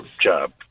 job